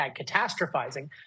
catastrophizing